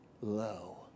low